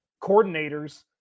coordinators